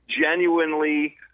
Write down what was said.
genuinely